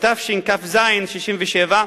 התשכ"ז 1967,